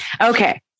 Okay